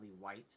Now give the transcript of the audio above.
white